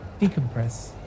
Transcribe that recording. decompress